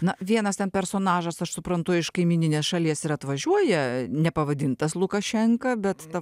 na vienas ten personažas aš suprantu iš kaimyninės šalies ir atvažiuoja nepavadintas lukašenka bet ta